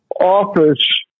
Office